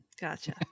Gotcha